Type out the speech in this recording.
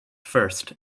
first